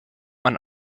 man